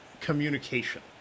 communication